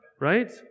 right